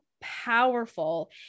powerful